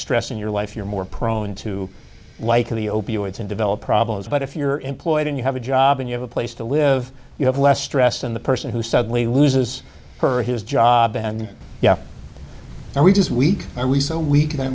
stress in your life you're more prone to likely opioids and develop problems but if you're employed and you have a job and you have a place to live you have less stress than the person who suddenly loses her or his job and and we just we are we so we